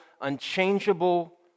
unchangeable